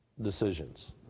decisions